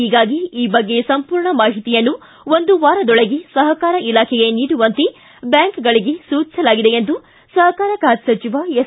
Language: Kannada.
ಹೀಗಾಗಿ ಈ ಬಗ್ಗೆ ಸಂಪೂರ್ಣ ಮಾಹಿತಿಯನ್ನು ಒಂದು ವಾರದೊಳಗೆ ಸಹಕಾರ ಇಲಾಖೆಗೆ ನೀಡುವಂತೆ ಬ್ಯಾಂಕ್ಗಳಿಗೆ ಸೂಚಿಸಲಾಗಿದೆ ಎಂದು ಸಹಕಾರ ಖಾತೆ ಸಚಿವ ಎಸ್